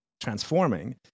transforming